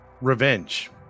revenge